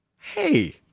hey